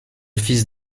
fils